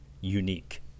unique